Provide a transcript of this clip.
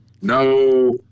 No